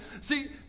See